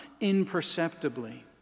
imperceptibly